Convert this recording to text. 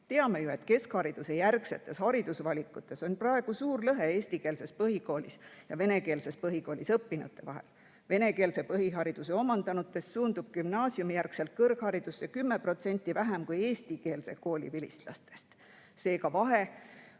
Teame ju, et keskharidusejärgsetes haridusvalikutes on praegu suur lõhe eestikeelses ja venekeelses põhikoolis õppinute vahel. Venekeelse põhihariduse omandanutest suundub gümnaasiumi järel kõrgharidusse 10% vähem kui eestikeelse kooli vilistlastest. Seega, vahe